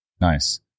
Nice